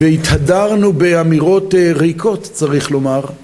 והתהדרנו באמירות ריקות צריך לומר